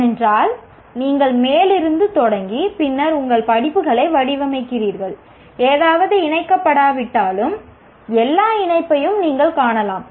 ஏனென்றால் நீங்கள் மேலிருந்து தொடங்கி பின்னர் உங்கள் படிப்புகளை வடிவமைக்கிறீர்கள் ஏதாவது இணைக்கப்படாவிட்டாலும் எல்லா இணைப்பையும் நீங்கள் காணலாம்